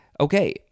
Okay